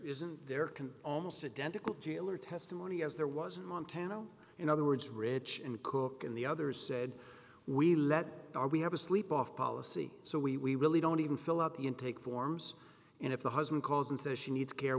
isn't there can almost identical jail or testimony as there was montana in other words rich in cook and the others said we let our we have a sleep off policy so we really don't even fill out the intake forms and if the husband calls and says she needs care